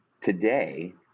today